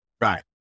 Right